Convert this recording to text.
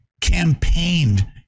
campaigned